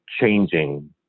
changing